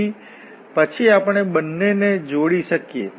તેથી પછી આપણે બંનેને જોડી શકીએ